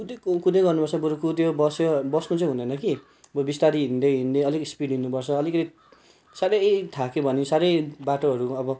कुदेको कुदै गर्नुपर्छ बरू कुद्यो बस्यो बस्नु चाहिँ हुँदैन कि बरू बिस्तारै हिँड्दै हिँड्दै अलिक स्पिड हिँड्नुपर्छ अलिकति साह्रै थाक्यो भने साह्रै बाटोहरू अब